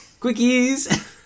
Quickies